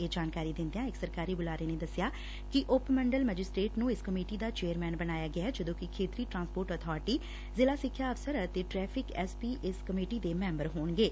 ਇਹ ਜਾਣਕਾਰੀ ਦਿੰਦਿਆਂ ਇੱਕ ਸਰਕਾਰੀ ਬੁਲਾਰੇ ਨੇ ਦੱਸਿਆ ਕਿ ਉਪ ਮੰਡਲ ਸੈਜਿਸਟਰੇਟ ਨੂੰ ਇਸ ਕਮੇਟੀ ਦਾ ਚੇਅਰਸੈਨ ਬਣਾਇਆ ਗਿਐ ਜਦੋਂਕਿ ਖੇਤਰੀ ਟਰਾਂਸਪੋਰਟ ਅਬਾਰਿਟੀ ਜ਼ਿਲਾ ਸਿੱਖਿਆ ਅਫਸਰ ਅਤੇ ਟੈਫਿਕ ਐਸ ਪੀ ਇਸ ਕਮੇਟੀ ਦੇ ਸੈਂਬਰ ਹੋਣਗੇ